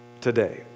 today